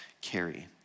carry